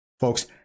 Folks